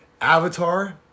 Avatar